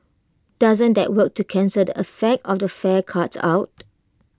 doesn't that work to cancel the effect of the fare cuts out